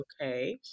okay